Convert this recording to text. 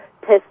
test